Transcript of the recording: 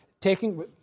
taking